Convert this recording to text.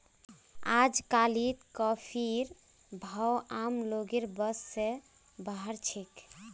अजकालित कॉफीर भाव आम लोगेर बस स बाहर छेक